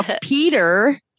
peter